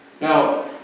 Now